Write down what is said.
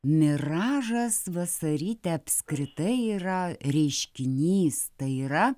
miražas vasaryte apskritai yra reiškinys tai yra